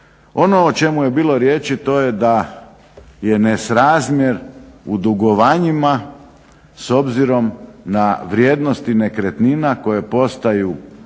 Ono o čemu je bilo riječi to je da je nesrazmjer u dugovanjima s obzirom na vrijednosti nekretnina koje postaju